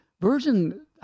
Virgin